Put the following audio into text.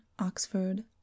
oxford